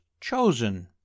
chosen